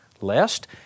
Lest